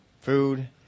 food